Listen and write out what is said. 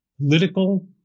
political